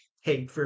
hey